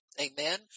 Amen